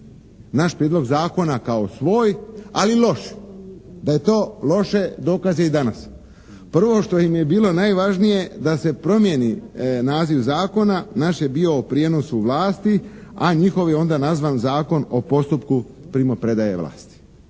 naš prijedlog zakona kao svoj ali lošije. Da je to loše dokaz je i danas. Prvo što im je bilo najvažnije da se promijeni naziv zakon, naš je bio o prijenosu vlasti a njihov je onda nazvan Zakon o postupku primopredaje vlasti.